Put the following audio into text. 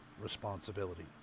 responsibility